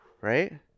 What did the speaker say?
right